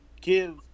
give